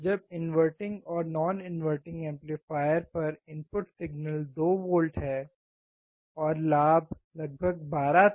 जब इन्वर्टिंग और non inverting amplifier पर इनपुट सिग्नल 2 वोल्ट है और लाभ लगभग 12 था